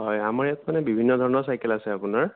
হয় আমাৰ ইয়াত মানে বিভিন্ন ধৰণৰ চাইকেল আছে আপোনাৰ